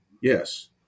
yes